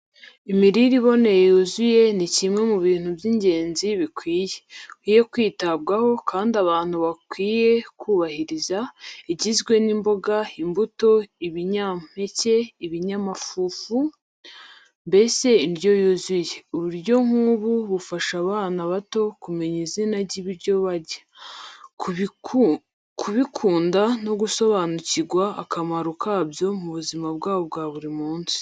Imirire iboneye yuzuye ni kimwe mu bintu by'ingenzi bikwiye kwitabwaho kandi abantu bakwiye kubahiriza, igizwe n'imboga, imbuto, ibinyampeke, ibinyamafufu mbese indyo yuzuye. Uburyo nk’ubu bufasha abana bato kumenya izina ry’ibyo barya, kubikunda no gusobanukirwa akamaro kabyo mu buzima bwabo bwa buri munsi.